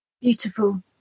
Beautiful